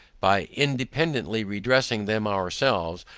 by independantly redressing them ourselves,